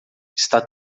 está